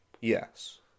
Yes